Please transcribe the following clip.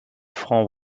franc